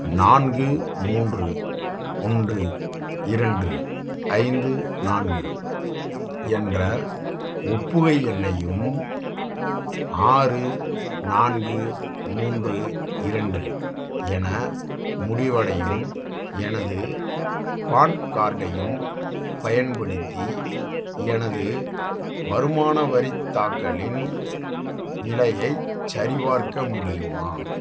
நான்கு மூன்று ஒன்று இரண்டு ஐந்து நான்கு என்ற ஒப்புகை எண்ணையும் ஆறு நான்கு மூன்று இரண்டு என முடிவடையும் எனது பான் கார்டையும் பயன்படுத்தி எனது வருமான வரித்தாக்கலின் நிலையைச் சரிபார்க்க முடியுமா